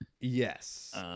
Yes